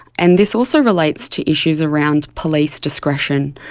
and this also relates to issues around police discretion.